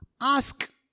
ask